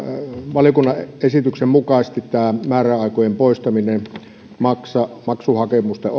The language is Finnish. valiokunnan esityksen mukaisesti tämä määräaikojen poistaminen maksuhakemusten